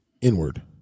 inward